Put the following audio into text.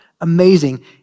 amazing